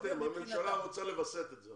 הממשלה רוצה לווסת את זה .